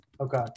Okay